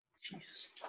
Jesus